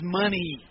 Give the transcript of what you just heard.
money